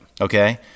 Okay